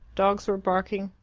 dogs were barking,